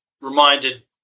reminded